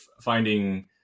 finding